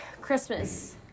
Christmas